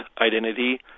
identity